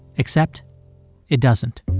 except it doesn't